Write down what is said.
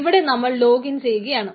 ഇവിടെ നമ്മൾ ലോഗിൻ ചെയ്യുകയാണ്